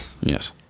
yes